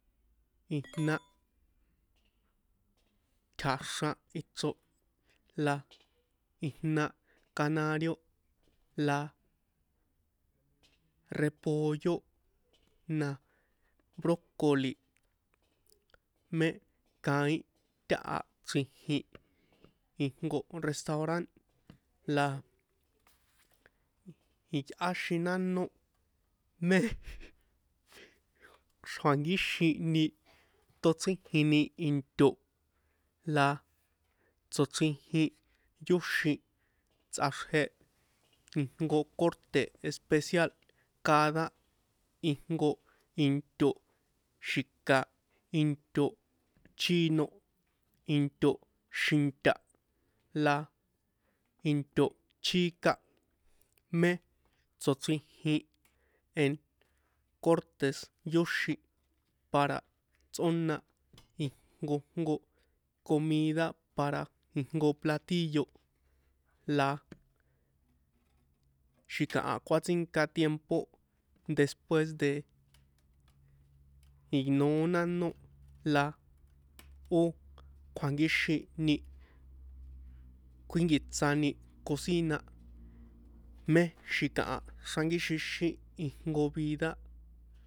Pijna tja̱xran ichro la ijna canario la repollo na brokoli mé kaín taha chrijin ijnko restauran la iyꞌáxin nánó mé kjuankíxini tóchrijini into la tsochríjin yóxin tsꞌaxrje ijnko crte̱ especial cada ijnko into xi̱ka into chíno into xinta la into chíka mé tsochrijin en cortes yóxin para tsꞌóna ijnko jnko comida para ijnko platillo la xi̱kaha kjuatsinka tiempo después de i noó nanó la ó kjuankíxin ni kjuínkiṭsani cocina mé xi̱kaha xránkíxixín ijnko vida.